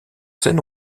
scènes